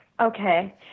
Okay